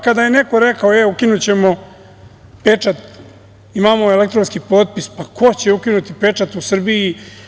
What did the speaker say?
Kada je neko rekao – evo, ukinućemo pečat, imamo elektronski potpis, pa ko će ukinuti pečat u Srbiji?